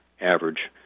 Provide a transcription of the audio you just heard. average